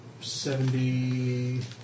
Seventy